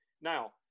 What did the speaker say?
Now